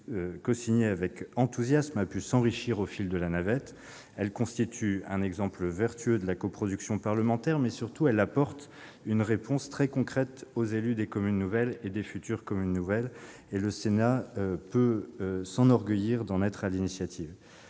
j'ai cosignée avec enthousiasme, a pu être enrichie au fil de la navette. Elle constitue un exemple vertueux de la coproduction parlementaire, mais apporte surtout une réponse très concrète aux élus des communes nouvelles, actuelles comme futures. Le Sénat peut s'enorgueillir d'en être à l'initiative.